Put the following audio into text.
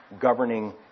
governing